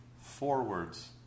forwards